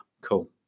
Cool